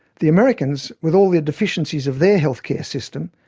the americans, with all the deficiencies of their health care system,